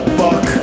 fuck